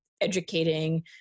educating